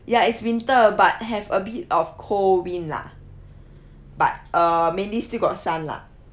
ya it's winter but have a bit of cold wind lah but err maybe still got sun lah